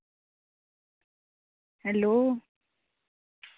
hello